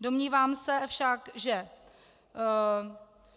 Domnívám se však, že